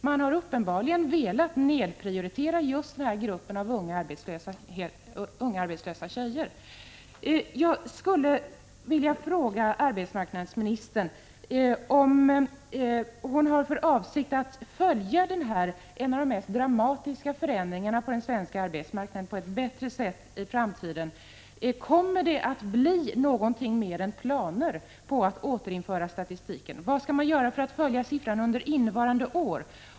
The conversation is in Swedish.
Man har uppenbarligen velat prioritera just den här gruppen av unga arbetslösa flickor. Jag vill fråga arbetsmarknadsministern om hon har för avsikt att följa detta skeende, ett av de mest dramatiska på arbetsmarknaden, bättre i framtiden? Kommer det att bli något mer än planer på att återinföra statistiken? Vad skall man göra för att följa siffran under innevarande år?